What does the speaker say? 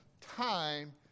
time